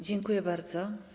Dziękuję bardzo.